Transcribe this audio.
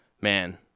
Man